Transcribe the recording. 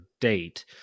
date